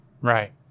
Right